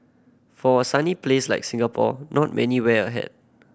for a sunny place like Singapore not many wear a hat